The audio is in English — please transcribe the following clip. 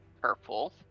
purple